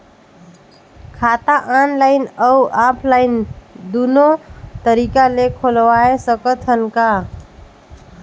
खाता ऑनलाइन अउ ऑफलाइन दुनो तरीका ले खोलवाय सकत हन का?